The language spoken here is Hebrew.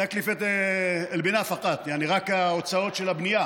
(אומר בערבית: עלות הבנייה